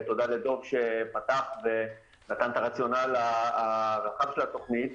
תודה לדב שפתח ונתן את הרציונל הרחב של התוכנית.